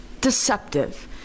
deceptive